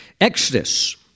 Exodus